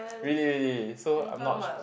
really really so I'm not